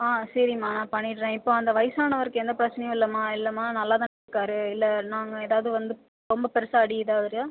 ஆ சரிம்மா நான் பண்ணிடுறேன் இப்போ அந்த வயசானவருக்கு எந்த பிரச்சினையும் இல்லைம்மா இல்லைம்மா நல்லா தான் இருக்காரு இல்லை நாங்கள் ஏதாவது வந்து ரொம்ப பெருசாக அடி இதாவறியா